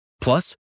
Plus